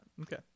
Okay